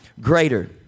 greater